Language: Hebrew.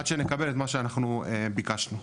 עד שנקבל את מה שאנחנו ביקשנו.